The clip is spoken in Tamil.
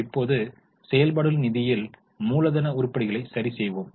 இப்போது செயல்பாடுகளின் நிதியில் மூலதன உருப்படிகளை சரிசெய்வோம்